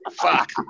Fuck